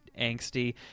angsty